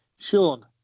Sean